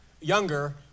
younger